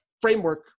framework